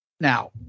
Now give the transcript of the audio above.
Now